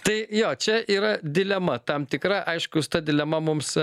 tai jo čia yra dilema tam tikra aišku su ta dilema mums